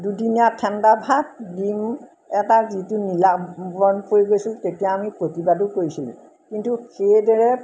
দুদিনীয়া ঠাণ্ডা ভাত ডিম এটা যিটো নীলা ব্ৰণ পৰি গৈছিল তেতিয়া আমি প্ৰতিবাদো কৰিছিলোঁ কিন্তু সেইদৰে